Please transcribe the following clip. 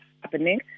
happening